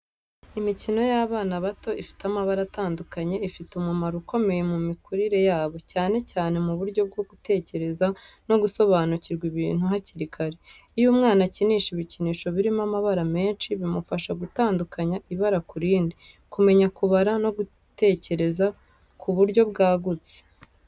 Imikino y’abana bato ifite amabara atandukanye ifite umumaro ukomeye mu mikurire yabo, cyane cyane mu buryo bwo gutekereza no gusobanukirwa ibintu hakiri kare. Iyo umwana akinisha ibikinisho birimo amabara menshi, bimufasha gutandukanya ibara ku rindi, kumenya kubara, no gutekereza ku buryo bwagutse.